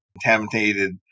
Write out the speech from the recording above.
contaminated